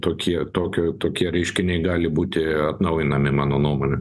tokie tokio tokie reiškiniai gali būti atnaujinami mano nuomone